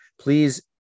please